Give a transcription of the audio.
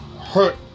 hurt